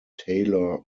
taylor